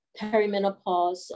perimenopause